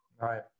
Right